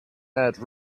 add